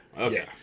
Okay